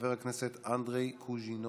חבר הכנסת אנדרי קוז'ינוב,